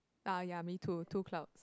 ah ya me too two clouds